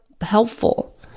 helpful